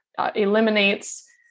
eliminates